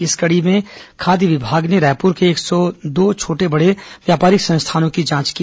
इस कड़ी में खाद्य विभाग ने रायपुर के एक सौ दो छोटे बड़े व्यापारिक संस्थानों की जांच की